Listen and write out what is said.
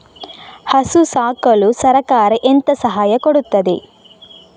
ಹಸು ಸಾಕಲು ಸರಕಾರ ಎಂತ ಸಹಾಯ ಕೊಡುತ್ತದೆ?